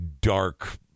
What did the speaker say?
dark